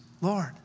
Lord